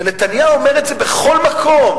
ונתניהו אומר את זה בכל מקום,